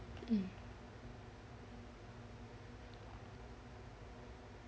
mm